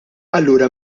allura